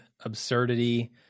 absurdity